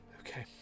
okay